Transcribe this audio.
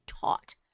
taught